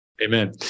amen